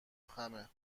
خمه